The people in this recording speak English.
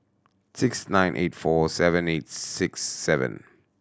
six nine eight four seven eight six seven